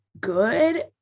good